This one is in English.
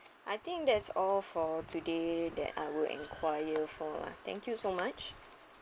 I think that's all for today that I will enquire for lah thank you so much